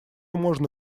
можно